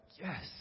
yes